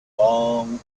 long